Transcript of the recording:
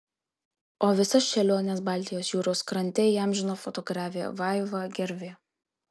o visas šėliones baltijos jūros krante įamžino fotografė vaiva gervė